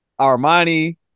Armani